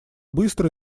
быстро